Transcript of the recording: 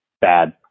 bad